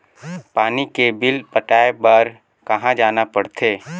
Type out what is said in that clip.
पानी के बिल पटाय बार कहा जाना पड़थे?